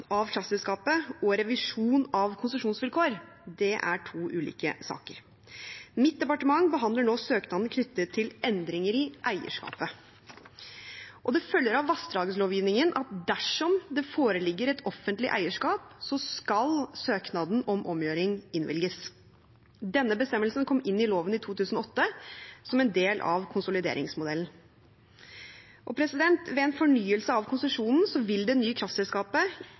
av kraftselskapet og revisjon av konsesjonsvilkår er to ulike saker. Mitt departement behandler nå søknaden knyttet til endringer i eierskapet. Det følger av vassdragslovgivningen at dersom det foreligger et offentlig eierskap, skal søknaden om omgjøring innvilges. Denne bestemmelsen kom inn i loven i 2008 som en del av konsolideringsmodellen. Ved en fornyelse av konsesjonen vil det nye kraftselskapet